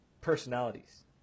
personalities